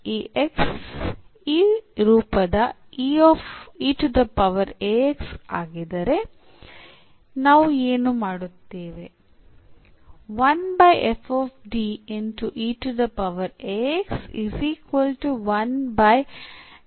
ಈ X ಈ ರೂಪದ ಆಗಿದ್ದರೆ ನಾವು ಏನು ಮಾಡುತ್ತೇವೆ